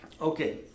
Okay